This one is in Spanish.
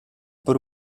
por